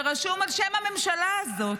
שרשום על שם הממשלה הזו,